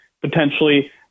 potentially